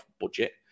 budget